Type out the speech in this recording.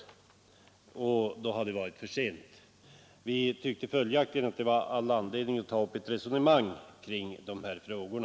Då har det varit för sent. Vi tyckte följaktligen att det fanns all anledning att ta upp ett resonemang kring dessa frågor.